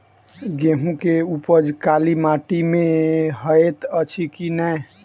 गेंहूँ केँ उपज काली माटि मे हएत अछि की नै?